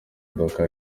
imodoka